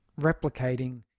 replicating